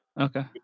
Okay